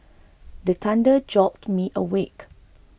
the thunder jolt me awake